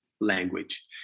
language